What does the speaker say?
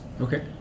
okay